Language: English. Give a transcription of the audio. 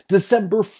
December